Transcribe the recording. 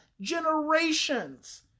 generations